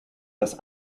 das